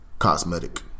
Cosmetic